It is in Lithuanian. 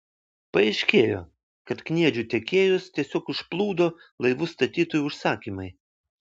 paaiškėjo kad kniedžių tiekėjus tiesiog užplūdo laivų statytojų užsakymai